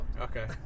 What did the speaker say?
Okay